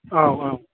औ औ